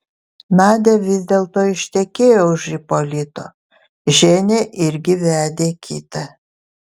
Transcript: nadia vis dėlto ištekėjo už ipolito ženia irgi vedė kitą